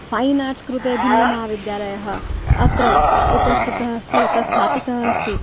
fan arts कृते भिन्नमहाविद्यालयः अत्र उपस्थितः अस्ति यथा स्थापितः अस्ति